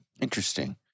Interesting